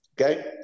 Okay